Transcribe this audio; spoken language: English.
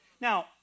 Now